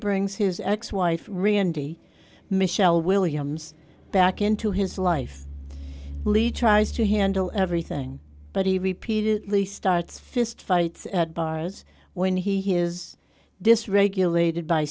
brings his ex wife reality michelle williams back into his life lead tries to handle everything but he repeated lee starts fist fights at bars when he is this regulated by